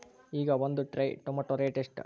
ಈಗ ಒಂದ್ tray tomato rate ಎಷ್ಟ?